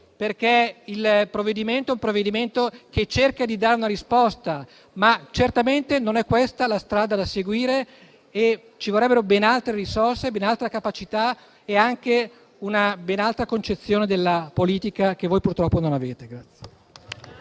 perché si tratta di un provvedimento che cerca di dare una risposta, ma certamente non è questa la strada da seguire. Ci vorrebbero ben altre risorse, ben altra capacità e anche ben altra concezione della politica, che voi purtroppo non avete.